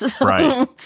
Right